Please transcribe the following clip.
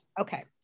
Okay